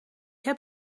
heb